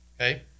Okay